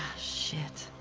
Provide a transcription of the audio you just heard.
shit.